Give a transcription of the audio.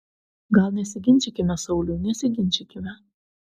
gal nesiginčykime sauliau nesiginčykime